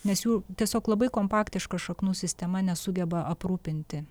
nes jų tiesiog labai kompaktiška šaknų sistema nesugeba aprūpinti